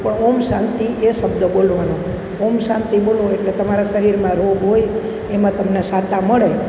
પણ ઓમ શાંતિ એ શબ્દ બોલવાનો ઓમ શાંતિ બોલો એટલે તમારા શરીરમાં રોગ હોય એમાં તમને શાતા મળે